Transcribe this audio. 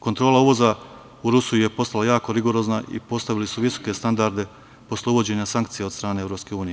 Kontrola uvoza u Rusiju je postala jako rigorozna i postavili su visoke standarde posle uvođenja sankcija od strane EU.